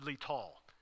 Tall